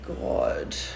god